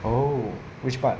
oh which part